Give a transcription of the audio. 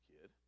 kid